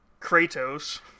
Kratos